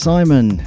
Simon